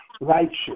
righteous